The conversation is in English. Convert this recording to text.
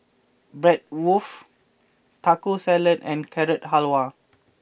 Bratwurst Taco Salad and Carrot Halwa